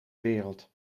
wereld